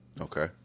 Okay